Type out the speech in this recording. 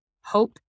hope